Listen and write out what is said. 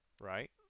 Right